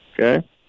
Okay